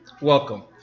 Welcome